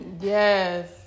Yes